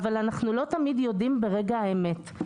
אבל לא תמיד אנחנו יודעים ברגע האמת.